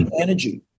energy